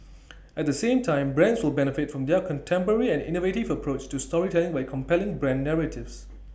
at the same time brands will benefit from their contemporary and innovative approach to storytelling for compelling brand narratives